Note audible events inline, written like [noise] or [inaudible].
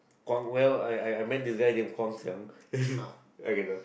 Guang well I I I meant is there anyone called Guang-Xiang [laughs] okay no [breath]